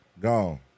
Gone